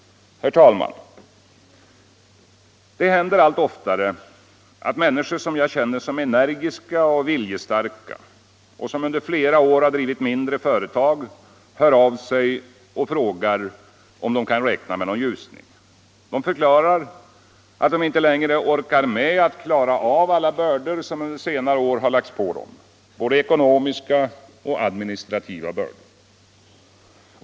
Herr talman! Det händer allt oftare att människor som jag känner som energiska och viljestarka och som under flera år har drivit mindre företag låter höra av sig och frågar om de kan räkna med någon ljusning. De förklarar att de inte längre orkar med alla de bördor som under senare år har lagts på dem — både ekonomiska och administrativa bördor.